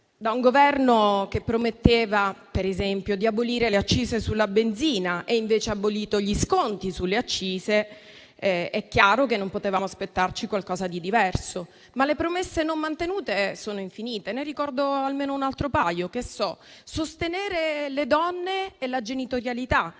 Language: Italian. da un Governo che prometteva, per esempio, di abolire le accise sulla benzina e invece ha abolito gli sconti sulle accise, è chiaro che non potevamo aspettarci qualcosa di diverso. Ma le promesse non mantenute sono infinite, e ne ricordo almeno un altro paio: sostenere le donne e la genitorialità.